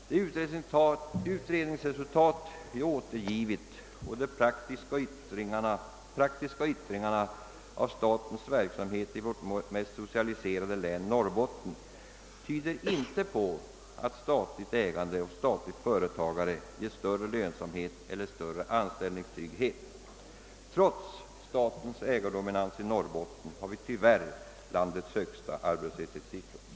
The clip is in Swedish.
Det utredningsresultat jag återgivit och de praktiska yttringarna av statens verksamhet i vårt mest socialiserade län, Norrbotten, tyder inte på att statligt ägande och statligt företagande ger större lönsamhet eller större anställningstrygghet. Trots statens ägardominans i Norrbotten har vi tyvärr landets högsta arbetslöshetssiffror.